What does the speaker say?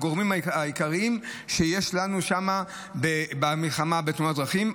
הגורמים העיקריים שיש לנו במלחמה בתאונות דרכים.